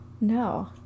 No